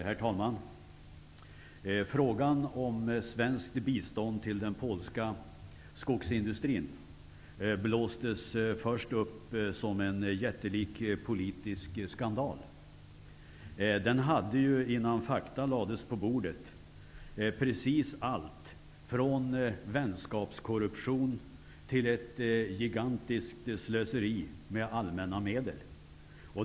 Herr talman! Frågan om svenskt bistånd till den polska skogsindustrin blåstes först upp som en jättelik politisk skandal. Den hade ju, innan fakta lades på bordet, precis allt från vänskapskorruption till ett gigantiskt slöseri med allmänna medel.